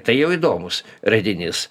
tai jau įdomus radinys